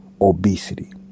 obesity